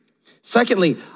Secondly